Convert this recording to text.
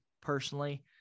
Personally